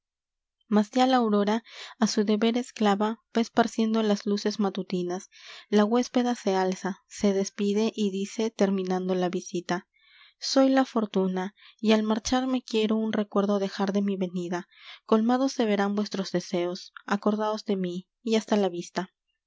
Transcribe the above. ya la aurora á su deber esclava va esparciendo las luces matutinas la huéspeda se alza se despide y dice terminando la visita soy la fortuna y al marcharme quiero un recuerdo dejar de m i venida colmados se verán vuestros deseos acordaos de m í y hasta la vista